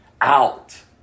out